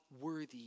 worthy